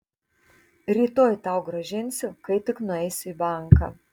rytoj tau grąžinsiu kai tik nueisiu į banką